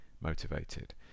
motivated